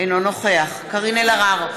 אינו נוכח קארין אלהרר,